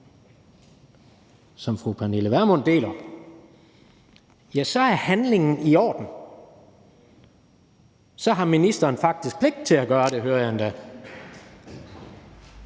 som fru Pernille Vermund deler, ja, så er handlingen i orden; så har ministeren faktisk pligt til at gøre det, hører jeg endda.